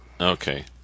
Okay